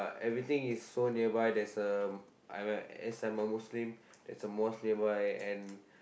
everything is so nearby there's a I'm a as I'm a Muslim there's a mosque nearby and